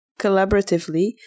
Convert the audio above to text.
collaboratively